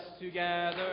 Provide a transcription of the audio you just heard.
together